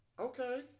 Okay